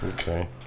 Okay